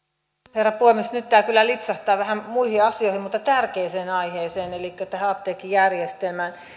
herra puhemies nyt tämä kyllä lipsahtaa vähän muihin asioihin mutta tärkeään aiheeseen elikkä tähän apteekkijärjestelmään